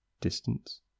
distance